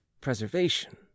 preservation